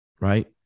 right